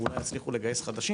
ואולי יצליחו לגייס חדשים.